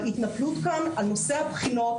ההתנפלות כאן על נושא הבחינות.